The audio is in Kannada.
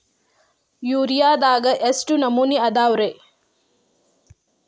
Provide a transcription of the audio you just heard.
ಯೂರಿಯಾದಾಗ ಎಷ್ಟ ನಮೂನಿ ಅದಾವ್ರೇ?